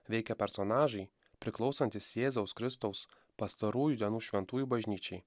veikia personažai priklausantys jėzaus kristaus pastarųjų dienų šventųjų bažnyčiai